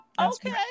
okay